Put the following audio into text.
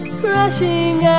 crashing